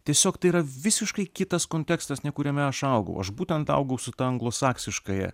tiesiog tai yra visiškai kitas kontekstas ne kuriame aš augau aš būtent augau su ta anglosaksiškąja